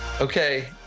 Okay